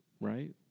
right